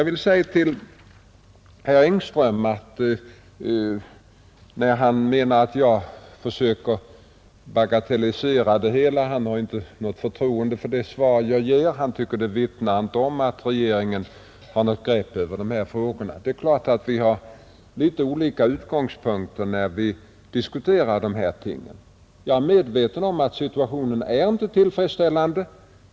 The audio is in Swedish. Herr Engström menar att jag försöker bagatellisera det hela. Han har inte något förtroende för det svar jag ger, han tycker att det inte vittnar om att regeringen har något grepp över frågorna. Det är klart att vi har litet olika utgångspunkter när vi diskuterar de här tingen. Jag är medveten om att situationen inte är tillfredsställande.